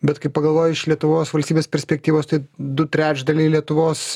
bet kai pagalvoji iš lietuvos valstybės perspektyvos tai du trečdaliai lietuvos